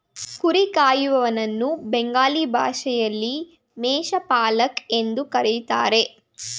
ಕುರಿ ಕಾಯುವನನ್ನ ಬೆಂಗಾಲಿ ಭಾಷೆಯಲ್ಲಿ ಮೇಷ ಪಾಲಕ್ ಎಂದು ಕರಿತಾರೆ